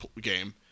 game